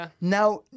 now